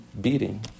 beating